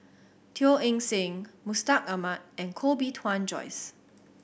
Teo Eng Seng Mustaq Ahmad and Koh Bee Tuan Joyce